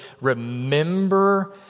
remember